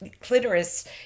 Clitoris